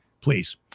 please